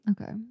okay